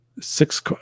six